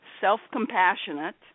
self-compassionate